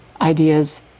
ideas